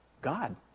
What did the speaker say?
God